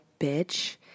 bitch